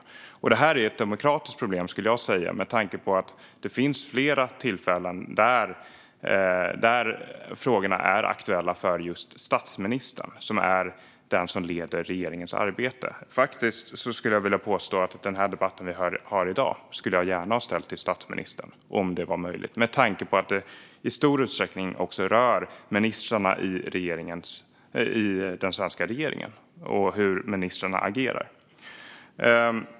Det här skulle jag säga är ett demokratiskt problem med tanke på att det finns flera tillfällen då frågorna är aktuella för just statsministern, som är den som leder regeringens arbete. Den fråga som vi debatterar här i dag skulle jag gärna ha ställt till statsministern om det hade varit möjligt med tanke på att den i stor utsträckning rör ministrarna i den svenska regeringen och hur ministrarna agerar.